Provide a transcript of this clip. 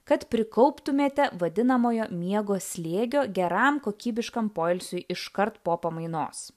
kad prikauptumėte vadinamojo miego slėgio geram kokybiškam poilsiui iškart po pamainos